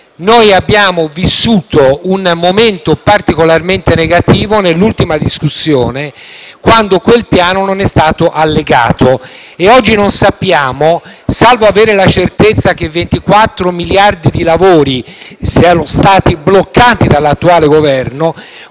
Noi abbiamo vissuto un momento particolarmente negativo nell'ultima discussione, quando quel piano non è stato allegato. E oggi non sappiamo, salvo avere la certezza che 24 miliardi di lavori siano stati bloccati dall'attuale Governo,